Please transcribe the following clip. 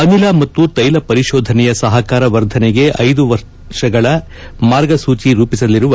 ಅನಿಲ ಮತ್ತು ತ್ವೆಲ ಪರಿಶೋಧನೆಯ ಸಹಕಾರ ವರ್ಧನೆಗೆ ಐದು ವರ್ಷಗಳ ಮಾರ್ಗಸೂಚಿ ರೂಪಿಸಲಿರುವ